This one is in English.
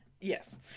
Yes